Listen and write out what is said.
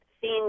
seen